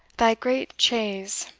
thy great chasse,